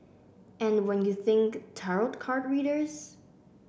and when you think tarot card readers